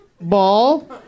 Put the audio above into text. ball